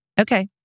Okay